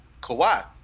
Kawhi